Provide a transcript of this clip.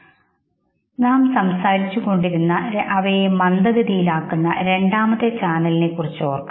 ഞങ്ങൾ സംസാരിച്ചുകൊണ്ടിരുന്ന അവയെ മന്ദഗതിയിലാക്കുന്ന രണ്ടാമത്തെ ചാനലിനെ ഈ അവസരത്തിൽ ഓർക്കുക